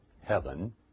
heaven